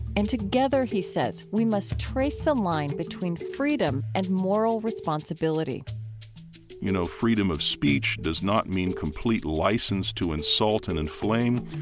and together, he says, we must trace the line between freedom and moral responsibility you know, freedom of speech does not mean complete license to insult and inflame.